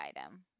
item